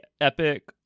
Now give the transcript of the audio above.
epic